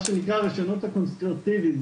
מה שנקרא הרישיונות הקונסטרוקטיביים.